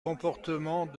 comportement